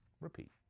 repeat